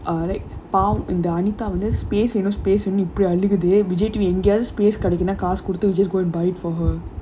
uh like found in the anita வந்து:vandhu space you know space இல்ல:illa space இல்ல:illa cars scooter அழுதுகிட்டே:aluthukittae just go and buy it for her